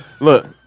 look